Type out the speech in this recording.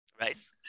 Right